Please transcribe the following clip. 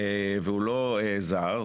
והוא לא זר,